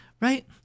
Right